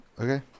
Okay